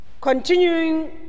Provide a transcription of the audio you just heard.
Continuing